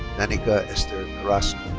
danica esther carrasco.